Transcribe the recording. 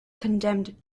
condemned